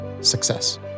success